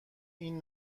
این